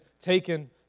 taken